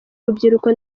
rubyiruko